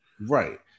right